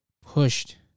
pushed